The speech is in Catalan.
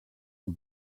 que